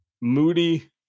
Moody